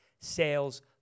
sales